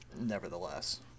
nevertheless